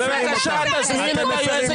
בבקשה, תזמין את היועצת